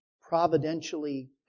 providentially